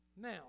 Now